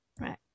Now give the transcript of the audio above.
Right